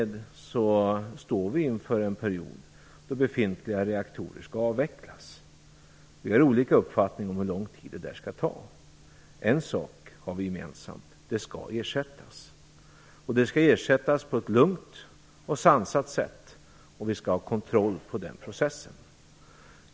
Därmed står vi inför en period då befintliga reaktorer skall avvecklas. Vi har olika uppfattning om hur lång tid det där skall ta. En sak har vi gemensam: De skall ersättas. De skall ersättas på ett lugnt och sansat sätt, och vi skall ha kontroll på den processen.